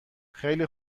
خیلی